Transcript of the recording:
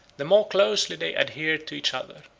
the more closely they adhered to each other.